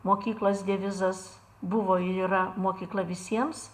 mokyklos devizas buvo ir yra mokykla visiems